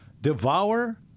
Devour